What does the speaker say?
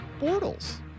Bortles